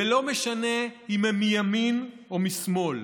ולא משנה אם הם מימין או משמאל,